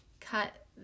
cut